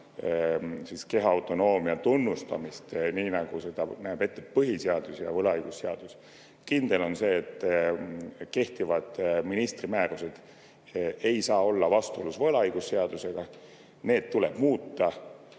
lapse kehalise autonoomia tunnustamist, nii nagu näevad ette põhiseadus ja võlaõigusseadus. Kindel on see, et kehtivad ministri määrused ei saa olla vastuolus võlaõigusseadusega, need tuleb muuta.